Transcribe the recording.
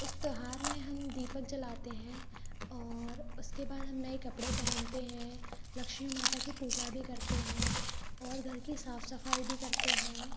उस त्यौहार में हम दीपक जलाते हैं और उसके बाद हम नए कपड़े पहनते हैं लक्ष्मी माता की पूजा भी करते हैं और घर की साफ सफाई भी करते हैं